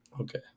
Okay